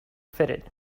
fitted